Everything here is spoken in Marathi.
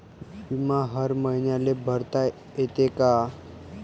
बिमा हर मईन्याले भरता येते का?